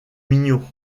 mignon